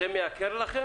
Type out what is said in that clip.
זה מייקר לכם